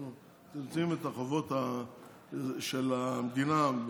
אנחנו מצמצמים את החובות של המדינה,